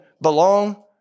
belong